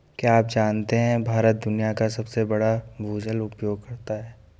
क्या आप जानते है भारत दुनिया का सबसे बड़ा भूजल उपयोगकर्ता है?